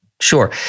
Sure